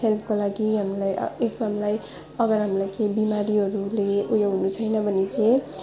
हेल्थको लागि हामीलाई इफ हामलाई अगर हामलाई केही बिमारीहरूले उयोहरू चाहिँ भने चाहिँ